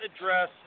address